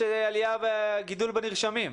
יש עלייה, גידול בנרשמים.